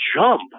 jump